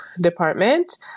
department